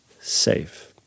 safe